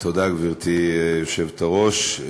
גברתי היושבת-ראש,